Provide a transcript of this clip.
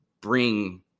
bring